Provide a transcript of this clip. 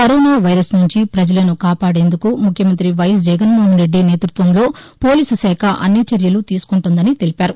corona virus నుంచి ప్రజలను కాపాడేందుకు ముఖ్యమంత్రి వైఎస్ జగన్మోహన్రెద్ది నేతృత్వంలో పోలీస్ శాఖ అన్ని చర్యలు తీసుకుంటోందని తెలిపారు